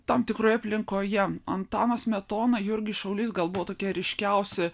tam tikroje aplinkoje antanas smetona jurgis šaulys gal buvo tokie ryškiausi